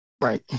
Right